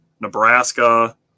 Nebraska